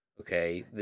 Okay